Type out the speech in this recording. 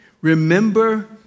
Remember